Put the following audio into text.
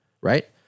right